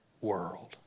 world